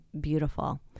beautiful